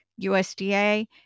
USDA